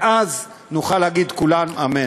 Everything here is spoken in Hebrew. ואז נוכל להגיד כולנו אמן.